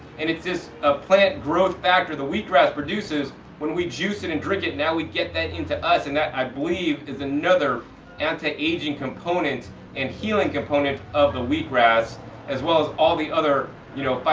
and it's this ah plant growth factor, the wheatgrass produces when we juice it and drink it, now we get that into us. and that, i believe is another anti-aging component and healing component of the wheatgrass as well as all the other, you know,